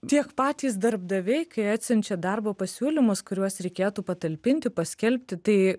tiek patys darbdaviai kai atsiunčia darbo pasiūlymus kuriuos reikėtų patalpinti paskelbti tai